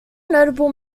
notable